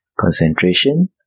Concentration